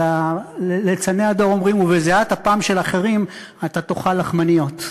אבל ליצני הדור אומרים: ובזיעת אפיהם של אחרים אתה תאכל לחמניות.